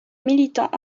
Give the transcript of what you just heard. militants